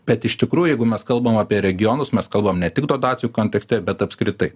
bet iš tikrųjų jeigu mes kalbam apie regionus mes kalbam ne tik dotacijų kontekste bet apskritai